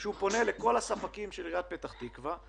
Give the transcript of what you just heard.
שהוא פונה לכל הספקים של עיריית פתח תקווה,